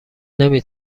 نمی